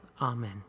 Amen